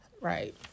right